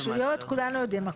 הרגישויות כולנו יודעים.